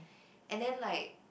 and then like